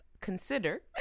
consider